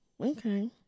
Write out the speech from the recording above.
okay